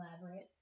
elaborate